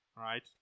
right